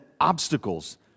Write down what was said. obstacles